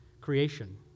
creation